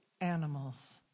animals